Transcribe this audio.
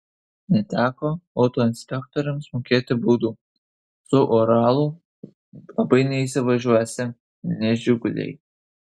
neteko autoinspektoriams mokėti baudų su uralu labai neįsivažiuosi ne žiguliai